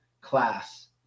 class